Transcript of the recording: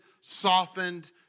softened